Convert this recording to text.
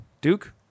Duke